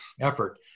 effort